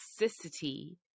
toxicity